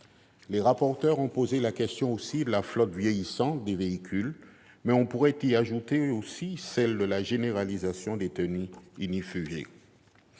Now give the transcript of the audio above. Les rapporteurs ont posé la question de la flotte vieillissante des véhicules, mais on pourrait y ajouter celle de la généralisation des tenues ignifugées.